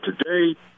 today